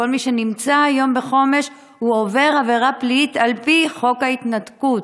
כל מי שנמצא היום בחומש עובר עבירה פלילית על פי חוק ההתנתקות,